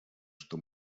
что